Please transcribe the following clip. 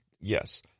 yes